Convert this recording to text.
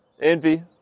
Envy